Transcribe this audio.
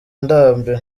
ndambiwe